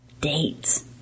Dates